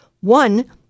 One